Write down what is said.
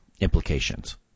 implications